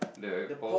the Paul's